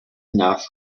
enough